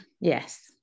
yes